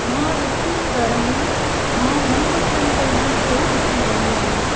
मां वेठी हुअमि घर में मां मनपसंदि पंहिंजो शो ॾिसी रही आहियां